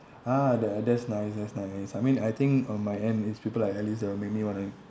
ah that that's nice that's nice I mean I think on my end is people like alice that'll make me want to